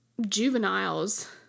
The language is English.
juveniles